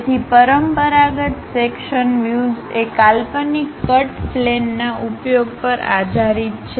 તેથી પરંપરાગત સેક્શનવ્યુઝએ કાલ્પનિક કટ પ્લેન ના ઉપયોગ પર આધારિત છે